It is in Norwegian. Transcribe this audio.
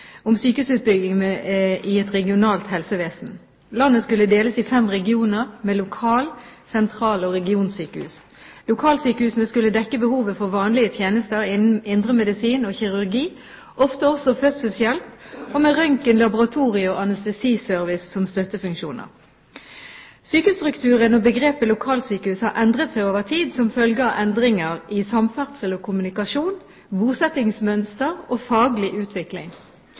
Sykehusutbygging m.v. i et regionalt helsevesen. Landet skulle deles i fem regioner med lokal-, sentral- og regionsykehus. Lokalsykehusene skulle dekke behovet for vanlige tjenester innen indremedisin og kirurgi, ofte også fødselshjelp, og med røntgen, laboratorie- og anestesiservice som støttefunksjoner. Sykehusstrukturen og begrepet lokalsykehus har endret seg over tid som følge av endringer i samferdsel og kommunikasjon, bosettingsmønster og faglig utvikling.